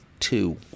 Two